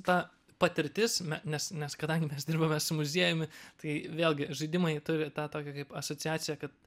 ta patirtis nes nes kadangi mes dirbame su muziejumi tai vėlgi žaidimai turi tą tokį kaip asociacija kad